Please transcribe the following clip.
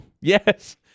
Yes